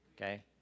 Okay